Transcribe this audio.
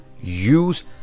use